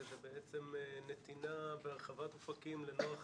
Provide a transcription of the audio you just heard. שזה בעצם נתינה בהרחבת אופקים לנוער חרדי,